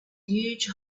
huge